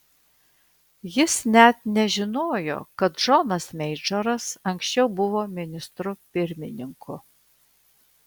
jis net nežinojo kad džonas meidžoras anksčiau buvo ministru pirmininku